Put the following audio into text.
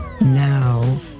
Now